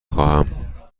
خواهم